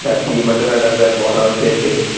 sir tea மட்டும் வேண்டாம் sir போண்டாவும் சேர்த்து